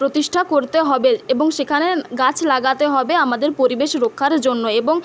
প্রতিষ্ঠা করতে হবে এবং সেখানে গাছ লাগাতে হবে আমাদের পরিবেশ রক্ষার জন্য এবং